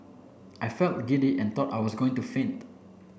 I felt giddy and thought I was going to faint